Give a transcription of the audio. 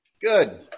Good